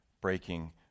breaking